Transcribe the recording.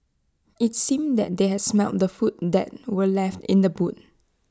IT seemed that they has smelt the food that were left in the boot